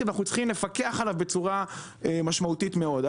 ואנחנו צריכים לפקח עליו בצורה משמעותית מאוד.